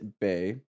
Bay